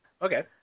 Okay